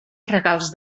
regals